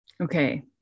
Okay